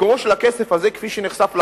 מקורו של הכסף הזה, כפי שנחשף לאחרונה,